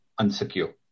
unsecure